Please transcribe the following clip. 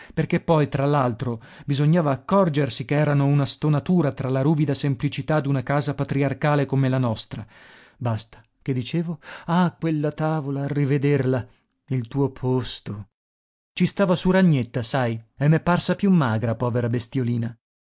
perché poi tra l'altro bisognava accorgersi che erano una stonatura tra la ruvida semplicità d'una casa patriarcale come la nostra basta che dicevo ah quella tavola a rivederla il tuo posto ci stava su ragnetta sai e m'è parsa più magra povera bestiolina